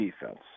defense